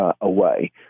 away